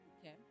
okay